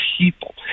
people